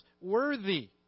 worthy